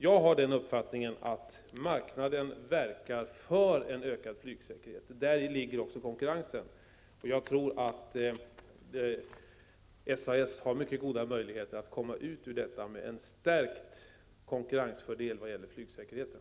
Jag har uppfattningen att marknaden verkar för en ökad flygsäkerhet. Däri ligger också konkurrensen. Jag tror att SAS har mycket goda möjligheter att komma ut ur detta med en stärkt konkurrensfördel vad gäller flygsäkerheten.